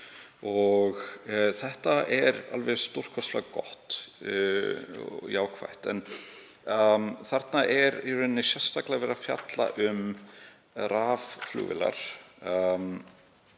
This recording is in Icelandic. Þetta er alveg stórkostlega gott og jákvætt. En þarna er sérstaklega verið að fjalla um rafflugvélar.